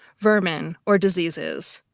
vermin, or diseases.